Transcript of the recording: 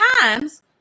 times